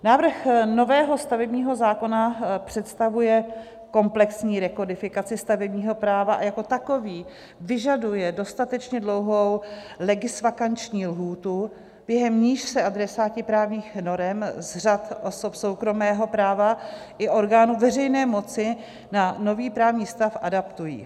Návrh nového stavebního zákona představuje komplexní rekodifikaci stavebního práva a jako takový vyžaduje dostatečně dlouhou legisvakanční lhůtu, během níž se adresáti právních norem z řad osob soukromého práva i orgánů veřejné moci na nový právní stav adaptují.